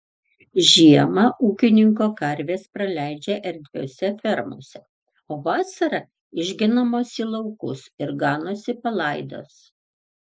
žiemą ūkininko karvės praleidžia erdviose fermose o vasarą išgenamos į laukus ir ganosi palaidos